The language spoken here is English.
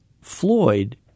Floyd